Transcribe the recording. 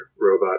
robot